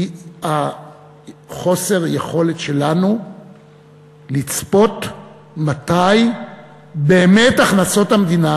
היא חוסר היכולת שלנו לצפות מתי באמת הכנסות המדינה